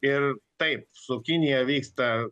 ir taip su kinija vyksta